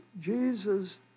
Jesus